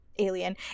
alien